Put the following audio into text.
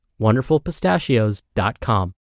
WonderfulPistachios.com